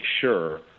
sure